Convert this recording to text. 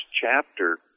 chapter